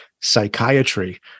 psychiatry